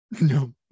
No